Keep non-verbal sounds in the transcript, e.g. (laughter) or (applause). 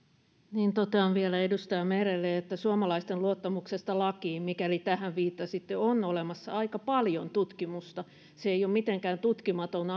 niin totean vielä edustaja merelle että suomalaisten luottamuksesta lakiin mikäli tähän viittasitte on olemassa aika paljon tutkimusta se ei ole mitenkään tutkimaton (unintelligible)